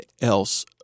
else